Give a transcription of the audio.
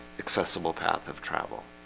accessible path of travel